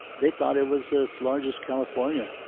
they thought it was as large as california.